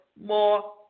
more